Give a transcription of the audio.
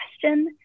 question